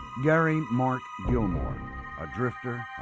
gary mark gilmore a drifter